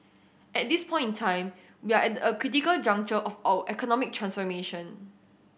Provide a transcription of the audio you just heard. at this point in time we are at a critical juncture of our economic transformation